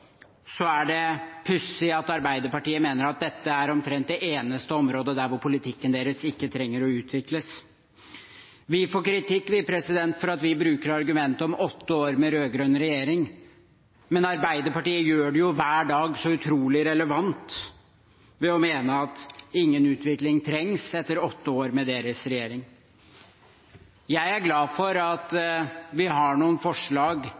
er det pussig at Arbeiderpartiet mener at dette er omtrent det eneste området hvor politikken deres ikke trenger å utvikles. Vi får kritikk for at vi bruker argumentet om åtte år med rød-grønn regjering. Men Arbeiderpartiet gjør det hver dag utrolig relevant ved å mene at ingen utvikling trengs etter åtte år med deres regjering. Jeg er glad for at vi har noen forslag